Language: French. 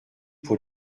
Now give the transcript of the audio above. pour